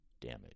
damage